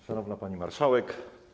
Szanowna Pani Marszałek!